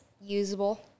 usable